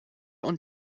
und